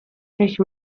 فکر